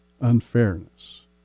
unfairness